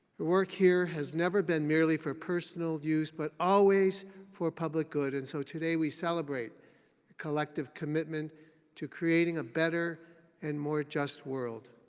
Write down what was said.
work here has never been merely for personal use but always for public good. and so today we celebrate a collective commitment to creating a better and more just world.